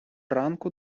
ранку